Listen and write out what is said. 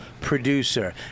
producer